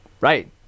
right